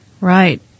Right